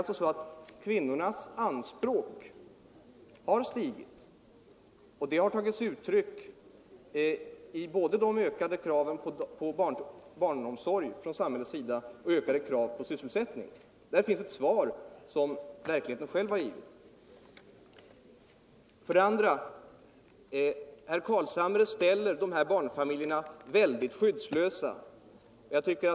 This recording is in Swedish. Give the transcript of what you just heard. Anspråken har alltså stigit, och det har tagit sig uttryck i både ökade krav på barnomsorg från samhällets sida och ökade krav på sysselsättning. Där finns ett svar till herr Carlshamre som verkligheten själv har givit. Herr Carlshamre ställer barnfamiljerna skyddslösa.